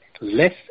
less